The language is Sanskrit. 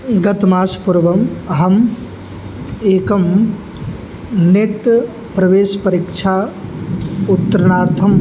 गत मासात् पूर्वम् अहम् एकं नेट् प्रवेशपरीक्षा उत्तीर्णार्थं